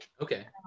Okay